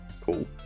Cool